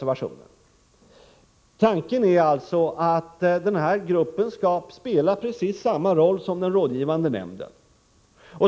Tanken är alltså att gruppen skall spela precis samma roll som den rådgivande nämnden.